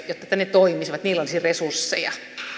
toimisivat niillä olisi resursseja